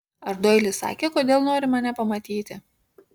ar doilis sakė kodėl nori mane pamatyti